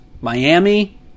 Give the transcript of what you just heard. Miami